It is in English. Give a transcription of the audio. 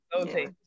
Okay